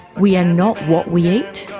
we are not what we eat,